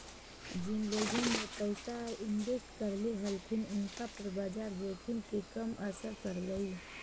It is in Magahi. जिन लोगोन ने पैसा इन्वेस्ट करले हलथिन उनका पर बाजार जोखिम के कम असर पड़लई